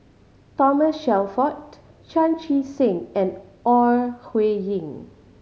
Thomas Shelford Chan Chee Seng and Ore Huiying